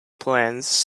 plans